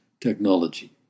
technology